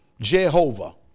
Jehovah